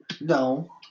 no